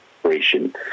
operation